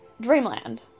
Dreamland